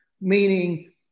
meaning